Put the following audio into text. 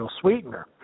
sweetener